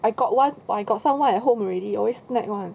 I got one but I got someone at home already always snack [one]